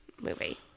movie